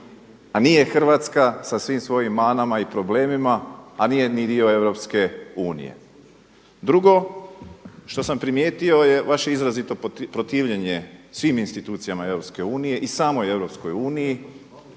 a nije Hrvatska sa svim svojim manama i problemima, a nije ni dio Europske unije. Drugo, što sam primijetio je vaše izrazito protivljenje svim institucijama Europske